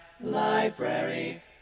Library